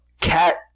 Cat